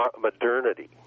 modernity